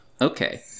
Okay